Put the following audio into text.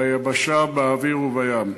ביבשה, באוויר ובים.